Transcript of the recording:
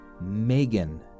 Megan